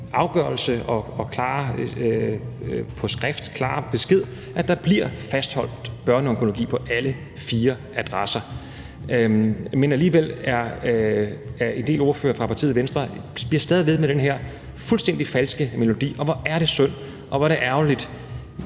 afgørelse og klare besked på skrift om, at der bliver fastholdt børneonkologi på alle fire adresser. Men alligevel bliver en del ordførere fra partiet Venstre stadig ved med den her fuldstændig falske melodi. Og hvor er det synd, og hvor er det ærgerligt